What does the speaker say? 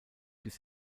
bis